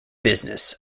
business